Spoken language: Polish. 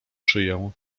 szyję